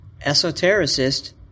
esotericist